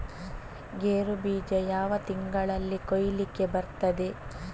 ಗೇರು ಬೀಜ ಯಾವ ತಿಂಗಳಲ್ಲಿ ಕೊಯ್ಲಿಗೆ ಬರ್ತದೆ?